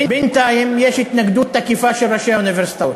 בינתיים יש התנגדות תקיפה של ראשי האוניברסיטאות.